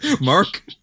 Mark